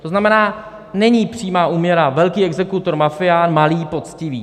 To znamená, není přímá úměra velký exekutor mafián, malý poctivý.